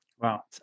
Wow